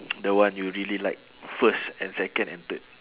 the one you really like first and second and third